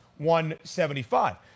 175